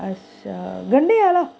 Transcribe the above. अच्छा गण्डें आह्ला